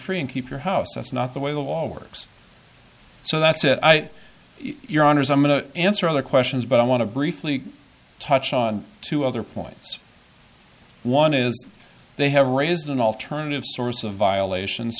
free and keep your house that's not the way the war works so that's it i your honour's i'm going to answer other questions but i want to briefly touch on two other points one is they have raised an alternative source of violations